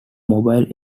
mobile